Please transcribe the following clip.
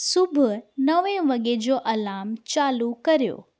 सुबुहु नवे वॻे जो अलाम चालू कयो